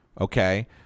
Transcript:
okay